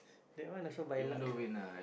the one also by luck